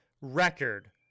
record